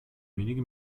wenige